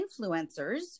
influencers